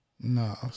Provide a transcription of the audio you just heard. no